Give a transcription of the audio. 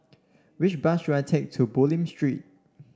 which bus should I take to Bulim Street